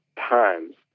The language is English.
times